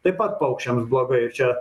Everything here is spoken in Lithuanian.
taip pat paukščiams blogai ir čia